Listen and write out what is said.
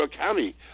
County